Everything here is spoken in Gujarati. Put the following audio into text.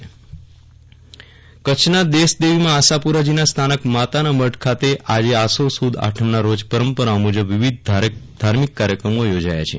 વિરલ રાણા નવરાત્રિ પર્વ કચ્છના દેશદેવી મા આશાપુરાજીના સ્થાનક માતાના મઢ ખાતે આજે આશો સુદ આઠમના રોજ પરંપરા મુજબ વિવિધ ધાર્મિક કાર્યક્રમો યોજાયા છે